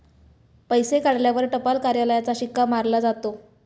पैसे काढल्यावर टपाल कार्यालयाचा शिक्का मारला जातो